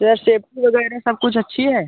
sir safety वग़ैरह सब कुछ अच्छी है